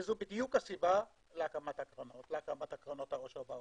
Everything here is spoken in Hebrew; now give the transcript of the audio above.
וזו בדיוק הסיבה להקמת קרנות העושר בעולם.